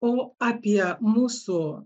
o apie mūsų